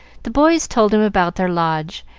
the boys told him about their lodge,